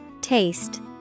Taste